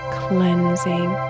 cleansing